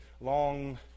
long